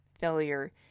failure